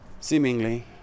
Seemingly